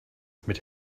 mit